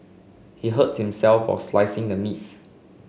he hurt himself while slicing the meat